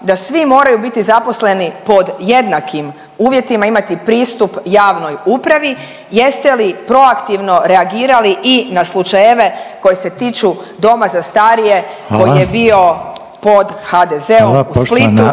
da svi moraju biti zaposleni pod jednakim uvjetima i imati pristup javnoj upravi, jeste li proaktivno reagirali i na slučajeve koji se tiču doma za starije…/Upadica Reiner: Hvala/…koji je bio pod HDZ-om u Splitu